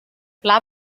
pla